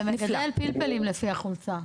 הוא מגדל פלפלים לפי החולצה.